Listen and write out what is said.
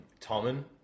Tommen